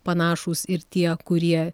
panašūs ir tie kurie